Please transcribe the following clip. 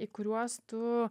į kuriuos tu